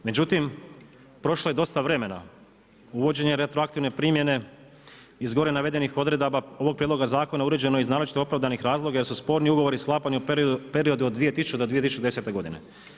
Međutim, prošlo je dosta vremena, uvođenje retroaktivne primjene iz gore navedenih odredaba ovog prijedloga zakona uređeno je iz naročito opravdanih razloga jer su sporni ugovori sklapani u periodu od 2000. do 2010. godine.